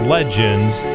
Legends